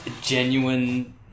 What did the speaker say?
Genuine